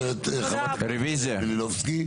חברת הכנסת מלינובסקי.